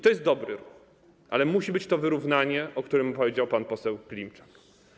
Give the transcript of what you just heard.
To jest dobry ruch, ale musi być wyrównanie, o którym powiedział pan poseł Klimczak.